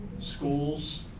Schools